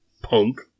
punk